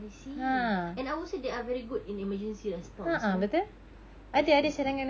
I see and I would say they are very good in emergency response kan I see